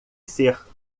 ser